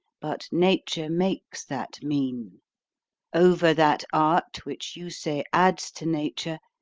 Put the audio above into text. but nature makes that mean over that art which you say adds to nature,